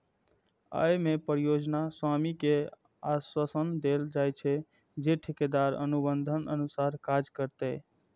अय मे परियोजना स्वामी कें आश्वासन देल जाइ छै, जे ठेकेदार अनुबंधक अनुसार काज करतै